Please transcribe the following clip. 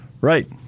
Right